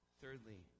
Thirdly